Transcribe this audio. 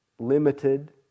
limited